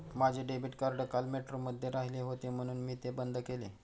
माझे debit card काल मेट्रोमध्ये राहिले होते म्हणून मी ते बंद केले